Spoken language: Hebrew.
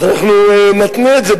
אז אנחנו נתנה את זה,